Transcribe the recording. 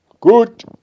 Good